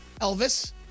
Elvis